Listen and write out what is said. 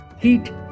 heat